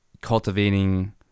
cultivating